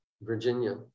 Virginia